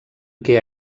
què